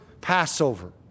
Passover